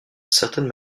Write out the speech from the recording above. certaines